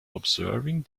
observing